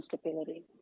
stability